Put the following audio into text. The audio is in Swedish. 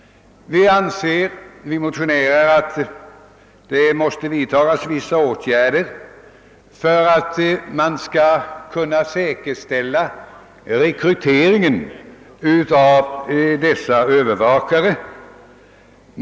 Vi motionärer anser att det måste vidtagas vissa åtgärder för att säkerställa rekryteringen av övervakare.